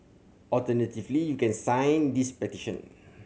alternatively you can sign this petition